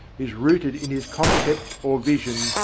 is rooted in his concept, or vision,